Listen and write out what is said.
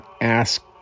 ask